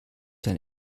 dein